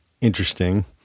interesting